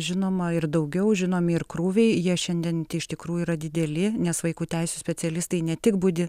žinoma ir daugiau žinomi ir krūviai jie šiandien iš tikrųjų yra dideli nes vaikų teisių specialistai ne tik budi